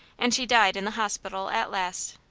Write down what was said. and she died in the hospital at last.